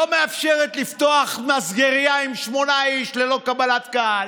לא מאפשרת לפתוח מסגרייה עם שמונה איש ללא קבלת קהל,